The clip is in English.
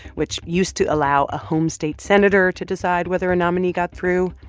which used to allow a home-state senator to decide whether a nominee got through.